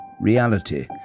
reality